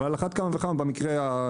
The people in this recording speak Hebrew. אבל על אחת כמה וכמה במקרה הנדון.